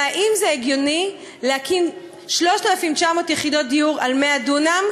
האם זה הגיוני להקים 3,900 יחידות דיור על 100 דונם,